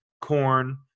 Corn